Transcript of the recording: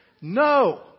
No